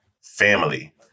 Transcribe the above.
family